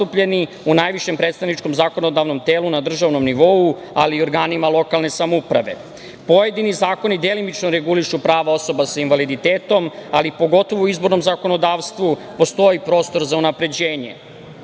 u najvišem predstavničkom zakonodavnom telu na državnom nivou, ali i organima lokalne samouprave. Pojedini zakoni delimično regulišu prava osoba sa invaliditetom, ali pogotovo u izbornom zakonodavstvu postoji prostor za unapređenje. Članom